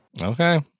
Okay